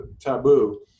taboo